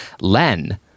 Len